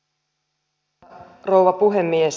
arvoisa rouva puhemies